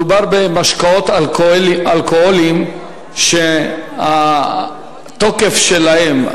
מדובר במשקאות אלכוהוליים שהתוקף שלהם,